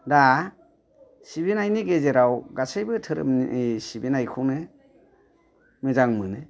दा सिबिनायनि गेजेराव गासिबो धोरोमनि सिबिनायखौनो मोजां मोनो